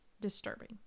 disturbing